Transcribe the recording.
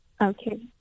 Okay